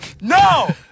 no